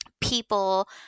people